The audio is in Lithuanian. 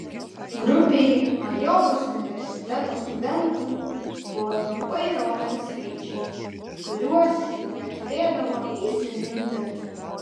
grupei ajovos universiteto studentų buvo trumpai rodomi skaičiai kuriuos jie turėdavo įsiminti